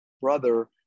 brother